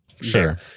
Sure